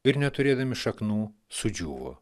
ir neturėdami šaknų sudžiūvo